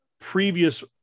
previous